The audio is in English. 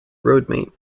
roadmate